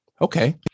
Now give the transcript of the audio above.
Okay